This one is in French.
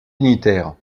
dignitaires